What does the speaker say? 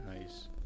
Nice